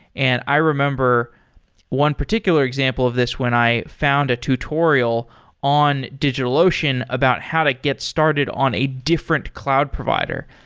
and i remember one particular example of this when i found a tutorial in digitalocean about how to get started on a different cloud provider.